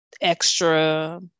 extra